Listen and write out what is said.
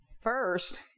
First